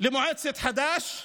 למועצת חד"ש,